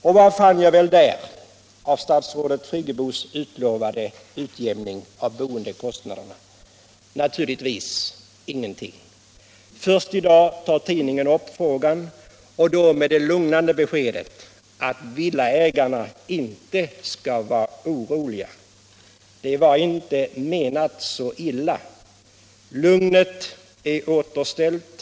Och vad fann jag väl där av statsrådet Friggebos utlovade utjämning av boendekostnaderna? Naturligtvis ingenting. Först i dag Nr 101 tar tidningen upp frågan och då med det lugnande beskedet att villaägarna Torsdagen den inte skall vara oroliga. Det var inte så illa menat. Lugnet är återställt.